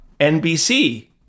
NBC